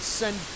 send